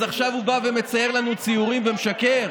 אז עכשיו הוא מצייר לנו ציורים ומשקר?